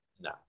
No